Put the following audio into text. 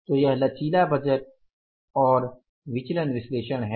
तो यह लचीला बजट और विचलन विश्लेषण है